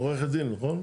עורכת דין, נכון?